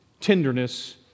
Tenderness